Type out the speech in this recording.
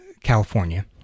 California